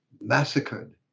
massacred